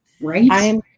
Right